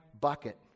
bucket